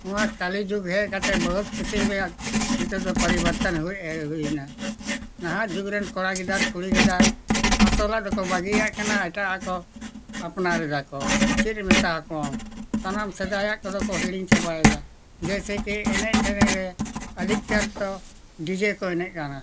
ᱱᱚᱣᱟ ᱠᱚᱞᱤ ᱡᱩᱜᱽ ᱦᱮᱡ ᱠᱟᱛᱮ ᱵᱚᱦᱩᱛ ᱠᱤᱪᱷᱩ ᱨᱮᱭᱟᱜ ᱱᱤᱛᱚᱜ ᱫᱚ ᱯᱚᱨᱤᱵᱚᱨᱛᱚᱱ ᱦᱩᱭ ᱦᱩᱭᱱᱟ ᱱᱟᱦᱟᱜ ᱡᱩᱜᱽ ᱨᱮᱱ ᱠᱚᱲᱟ ᱜᱤᱫᱟᱹᱨ ᱠᱩᱲᱤ ᱜᱤᱫᱟᱹᱨ ᱟᱥᱚᱞᱟᱜ ᱫᱚᱠᱚ ᱵᱟᱹᱜᱤᱭᱟᱜ ᱠᱟᱱᱟ ᱮᱴᱟᱜᱼᱟᱜ ᱠᱚ ᱟᱯᱱᱟᱨ ᱮᱫᱟ ᱠᱚ ᱪᱮᱫ ᱮᱢ ᱢᱮᱛᱟ ᱟᱠᱚᱣᱟ ᱥᱟᱱᱟᱢ ᱥᱮᱫᱟᱭᱟᱜ ᱠᱚᱫᱚ ᱠᱚ ᱦᱤᱲᱤᱧ ᱪᱟᱵᱟᱭᱮᱫᱟ ᱡᱮᱭᱥᱮ ᱠᱤ ᱮᱱᱮᱡ ᱥᱮᱨᱮᱧ ᱨᱮ ᱟᱹᱰᱤ ᱱᱮᱛᱟᱨ ᱫᱚ ᱰᱤᱡᱮ ᱠᱚ ᱮᱱᱮᱡ ᱠᱟᱱᱟ